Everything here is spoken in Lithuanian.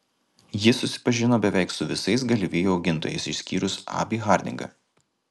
ji susipažino beveik su visais galvijų augintojais išskyrus abį hardingą